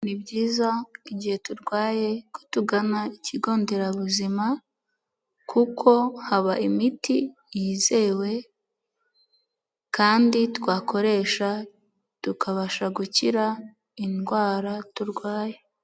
Ni byiza ko igihe turwaye ko tugana ikigo nderabuzima kuko haba imiti yizewe kandi twakoresha tukabasha gukira indwara turwaye.